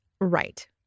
Right